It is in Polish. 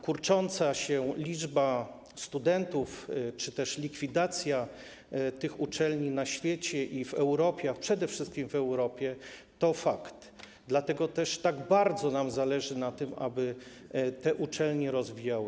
Kurcząca się liczba studentów czy też likwidacja tych uczelni na świecie i w Europie, przede wszystkim w Europie, to fakt, dlatego też tak bardzo zależy nam na tym, aby te uczelnie się rozwijały.